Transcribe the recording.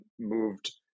moved